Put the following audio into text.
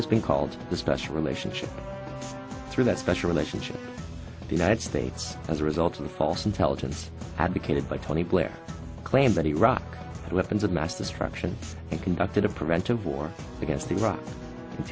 has been called the special relationship through that special relationship the united states as a result of the false intelligence advocated by tony blair claimed that iraq had weapons of mass destruction and conducted a preventive war against iraq